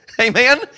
Amen